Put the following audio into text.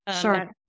Sure